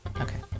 Okay